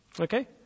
Okay